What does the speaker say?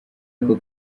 ako